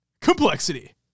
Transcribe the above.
Complexity